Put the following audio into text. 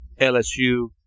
LSU